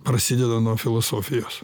prasideda nuo filosofijos